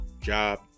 job